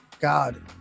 God